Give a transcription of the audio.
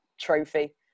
trophy